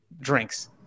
drinks